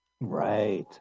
right